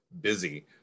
busy